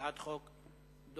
הצעת חוק דומה.